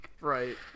Right